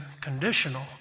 conditional